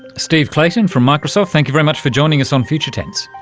steve clayton from microsoft, thank you very much for joining us on future tense.